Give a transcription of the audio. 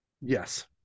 Yes